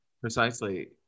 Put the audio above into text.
precisely